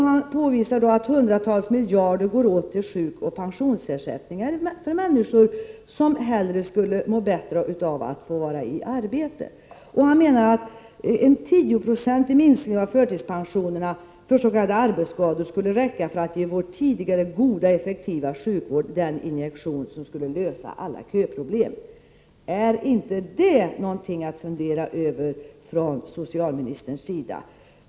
Han säger att hundratals miljarder kronor går åt till sjukoch pensionsersättning 113 ar för människor som skulle må bättre av att få vara i arbete. Han menar att en 10-procentig minskning av förtidspensionerna för s.k. arbetsskador skulle räcka för att ge vår tidigare goda och effektiva sjukvård den injektion som skulle lösa alla köproblem. Är inte detta något att fundera över, socialministern?